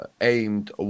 aimed